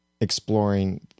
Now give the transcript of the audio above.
exploring